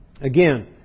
Again